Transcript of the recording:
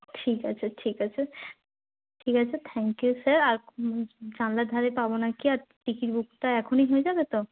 ঠিক আছে ঠিক আছে ঠিক আছে থ্যাংকইউ স্যার আর জানলার ধারে পাবো নাকি আর টিকিট বুকটা এখনই হয়ে যাবে তো